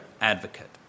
advocate